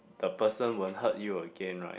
the person won't hurt you again right